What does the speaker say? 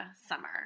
summer